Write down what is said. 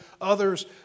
Others